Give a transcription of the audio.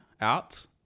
out